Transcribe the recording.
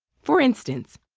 for instance,